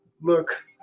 look